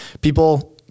people